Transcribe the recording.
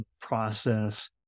process